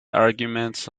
arguments